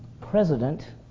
president